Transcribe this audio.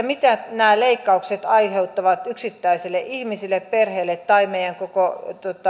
mitä nämä leikkaukset aiheuttavat yksittäiselle ihmiselle perheelle tai meidän koko